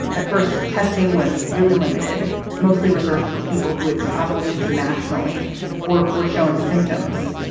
at first, testing was really limited, mostly reserved for people who had traveled internationally or were showing symptoms.